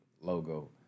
logo